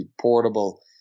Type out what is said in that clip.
Portable